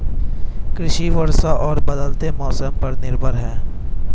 कृषि वर्षा और बदलते मौसम पर निर्भर है